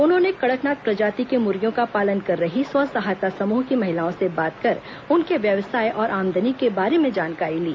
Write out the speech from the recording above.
उन्होंने कड़कनाथ प्रजाति के मुर्गियों का पालन कर रही स्व सहायता समूह की महिलाओं से बात कर उनके व्यवसाय और आमदनी के बारे में जानकारी ली